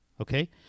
Okay